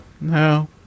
no